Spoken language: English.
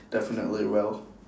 definitely well